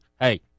Hey